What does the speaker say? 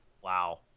Wow